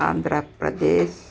Andhra Pradesh